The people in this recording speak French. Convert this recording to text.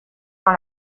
dans